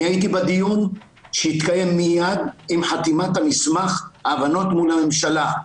אני הייתי בדיון שהתקיים מיד עם חתימת מסמך ההבנות מול הממשלה.